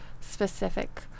specific